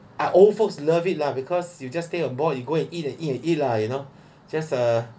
uh old folks love it lah because you just stay on board you go and eat and eat and eat lah you know just uh